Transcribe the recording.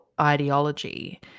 ideology